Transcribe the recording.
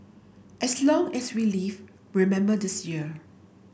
as long as we live remember this year